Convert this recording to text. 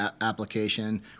application